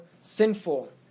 sinful